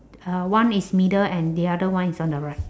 uh one is middle and the other one is on the right